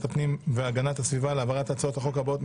הפנים והגנת הסביבה להעברת הצעות החוק הבאות,